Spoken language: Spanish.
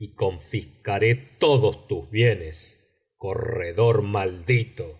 y confiscaré todos tus bienes corredor maldito